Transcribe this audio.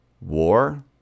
War